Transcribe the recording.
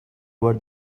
were